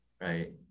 right